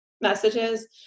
messages